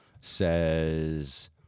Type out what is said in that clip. says